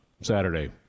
Saturday